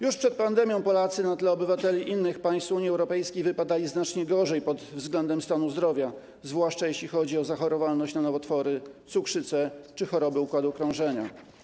Już przed pandemią Polacy na tle obywateli innych państw Unii Europejskiej wypadali znacznie gorzej pod względem stanu zdrowia, zwłaszcza jeśli chodzi o zachorowalność na nowotwory, cukrzycę czy choroby układu krążenia.